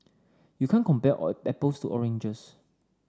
you can't compare apples to oranges